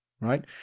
Right